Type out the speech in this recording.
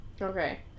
Okay